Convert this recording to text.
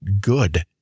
good